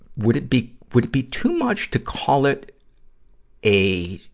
would it be, would it be too much to call it a,